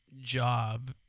job